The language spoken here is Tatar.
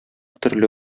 төрле